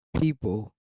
people